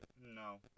No